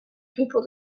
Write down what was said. people